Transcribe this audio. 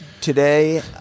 Today